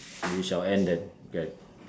we shall end then okay